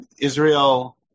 Israel